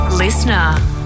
Listener